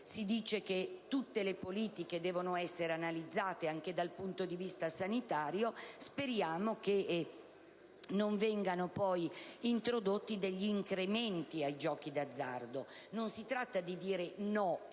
si dice che tutte le politiche devono essere analizzate anche dal punto di vista sanitario: speriamo che non vengano poi introdotti degli incrementi ai giochi d'azzardo. Non si tratta di dire no